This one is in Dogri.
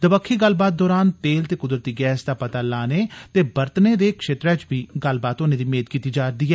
दबक्खी गल्लबात दरान तेल ते कुदरती गैस दा पता लाने ते बरतने दे क्षेत्रै बी गल्लबात होने दी मेद कीती जा'रदी ऐ